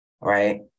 right